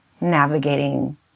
navigating